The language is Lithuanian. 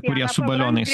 kurie su balionais